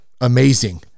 amazing